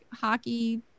hockey